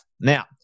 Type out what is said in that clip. Now